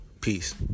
Peace